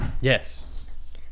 Yes